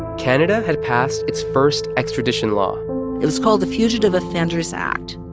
canada had passed its first extradition law it was called the fugitive offenders act,